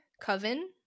Coven